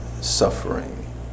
suffering